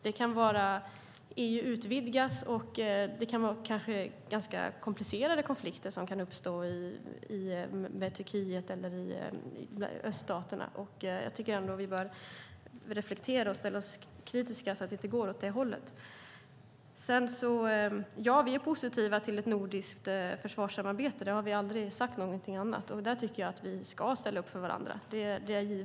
När EU utvidgas kan ganska komplicerade konflikter uppstå, till exempel i Turkiet eller öststaterna. Vi bör därför reflektera över detta och ställa oss kritiska så att vi inte går åt det hållet. Ja, vi är positiva till ett nordiskt försvarssamarbete. Vi har aldrig sagt något annat. Det är givet att vi ska ställa upp för varandra.